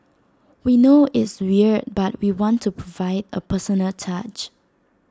we know it's weird but we want to provide A personal touch